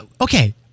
Okay